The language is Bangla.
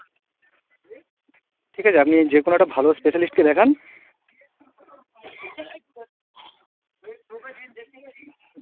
ঠিক আছে আপনি যে কোনও একটা ভালো স্পেশালিস্টকে দেখান